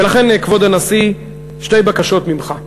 ולכן, כבוד הנשיא, שתי בקשות ממך: